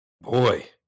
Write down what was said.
Boy